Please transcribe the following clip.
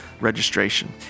registration